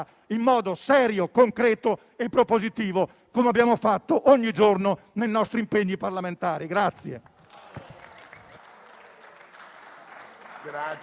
in modo serio, concreto e propositivo, come abbiamo fatto ogni giorno nei nostri impegni parlamentari.